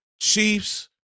Chiefs